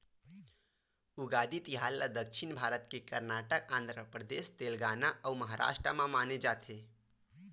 उगादी तिहार ल दक्छिन भारत के करनाटक, आंध्रपरदेस, तेलगाना अउ महारास्ट म मनाए जाथे